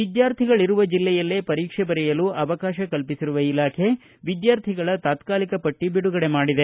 ವಿದ್ಯಾರ್ಥಿಗಳಿರುವ ಜಿಲ್ಲೆಯಲ್ಲೇ ಪರೀಕ್ಷೆ ಬರೆಯಲು ಅವಕಾಶ ಕಲ್ಪಿಸಿರುವ ಇಲಾಖೆ ವಿದ್ಯಾರ್ಥಿಗಳ ತಾತ್ಕಾಲಿಕ ಪಟ್ಟಿ ಬಿಡುಗಡೆ ಮಾಡಿದೆ